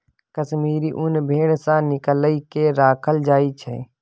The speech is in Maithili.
कश्मीरी ऊन भेड़ सँ निकालि केँ राखल जाइ छै